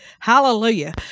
hallelujah